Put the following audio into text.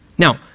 Now